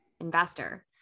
investor